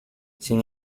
sin